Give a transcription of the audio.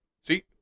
See